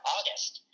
August